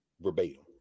verbatim